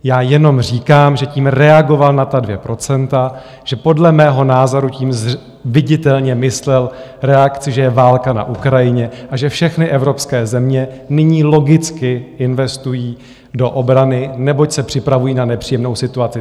Já jenom říkám, že tím reagoval na ta dvě procenta, že podle mého názoru tím viditelně myslel reakci, že je válka na Ukrajině a že všechny evropské země nyní logicky investují do obrany, neboť se připravují na nepříjemnou situaci.